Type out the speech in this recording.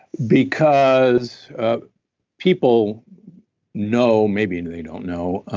because people know, maybe and they don't know,